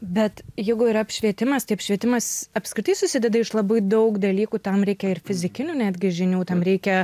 bet jeigu yra apšvietimas tai apšvietimas apskritai susideda iš labai daug dalykų tam reikia ir fizikinių netgi žinių tam reikia